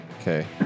Okay